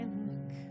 look